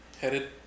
headed